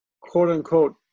quote-unquote